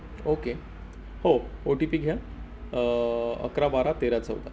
okay हो O T P घ्या अकरा बारा तेरा चौदा